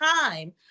time